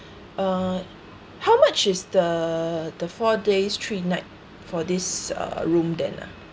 uh how much is the the four days three night for this uh room then ah